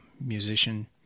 musician